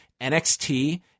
NXT